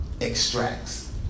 extracts